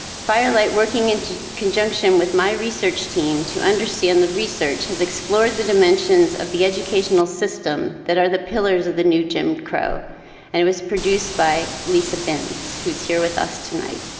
firelight working into conjunction with my research team to understand the research has explored the dimensions of the educational system that are the pillars of the new jim crow and it was produced by lisa binns who's here with us tonight.